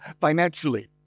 financially